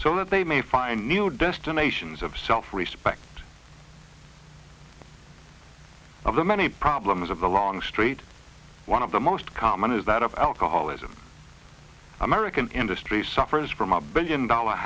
so that they may find new destinations of self respect of the many problems of the long straight one of the most common is that of alcoholism american industry suffers from a billion dollar